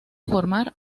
formar